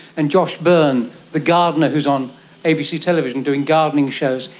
and josh byrne the gardener who is on abc television doing gardening shows,